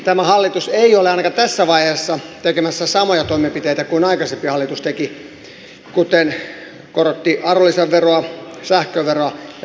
tämä hallitus ei ole ainakaan tässä vaiheessa tekemässä samoja toimenpiteitä kuin mitä aikaisempi hallitus teki kuten arvonlisäveron sähköveron ja bensaveron korotuksia